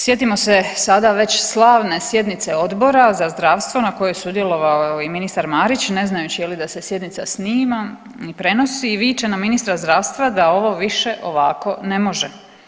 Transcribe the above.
Sjetimo se sada već slavne sjednice Odbora za zdravstvo na kojoj je sudjelovao i ministar Marić ne znajući da se sjednica snima, prenosi i viče na ministra zdravstva da ovo više ovako ne može.